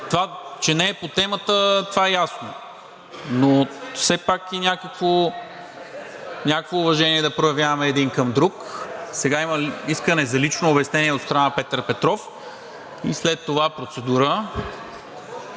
че не е по темата – това е ясно, но все пак и някакво уважение да проявяваме един към друг. Сега има искане на лично обяснение от страна на Петър Петров и след това процедура.